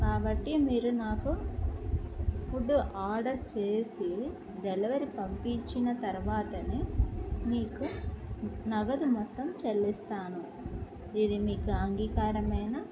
కాబట్టి మీరు నాకు ఫుడ్ ఆర్డర్ చేసి డెలివరీ పంపించిన తరువాతే మీకు నగదు మొత్తం చెల్లిస్తాను ఇది మీకు అంగీకారమేనా